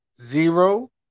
Zero